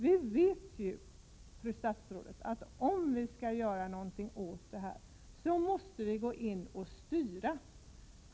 Vi vet ju, fru statsråd, att vi måste gå in och styra tillsättningarna om vi skall förändra detta.